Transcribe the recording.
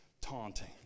taunting